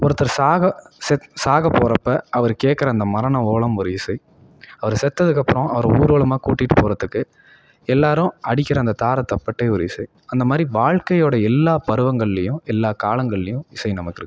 ஒருத்தர் சாக செத் சாக போகிறப்ப அவர் கேட்குற அந்த மரண ஓலம் ஒரு இசை அவர் செத்ததுக்கப்புறம் அவர ஊர்வலமாக கூட்டிகிட்டு போகிறத்துக்கு எல்லாரும் அடிக்கிற அந்த தாரை தப்பட்டை ஒரு இசை அந்தமாதிரி வாழ்க்கையோடய எல்லா பருவங்கள்லையும் எல்லா காலங்கள்லையும் இசை நமக்கிருக்குது